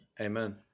Amen